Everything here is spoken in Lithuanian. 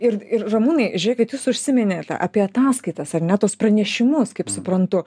ir ir ramūnai žiūrėkit jūs užsiminėt apie ataskaitas ar ne tuos pranešimus kaip suprantu